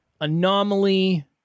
anomaly